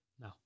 No